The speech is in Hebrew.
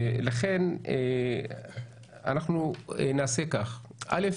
לכן, אנחנו נעשה כך: א.